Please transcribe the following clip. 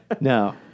No